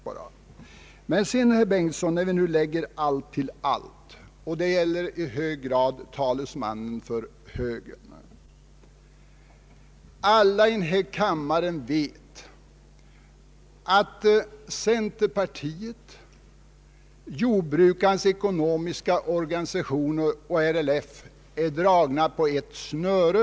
Jag vill säga till herr Bengtson — och i hög grad även till talesmannen för moderata samlingspartiet — att alla här i kammaren vet att centerpartiet, jordbrukarnas ekonomiska organisationer och RLF uppträder som dragna på ett snöre.